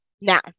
Now